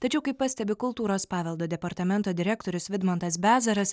tačiau kaip pastebi kultūros paveldo departamento direktorius vidmantas bezaras